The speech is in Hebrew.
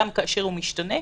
גם כאשר הוא משתנה.